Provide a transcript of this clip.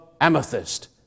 amethyst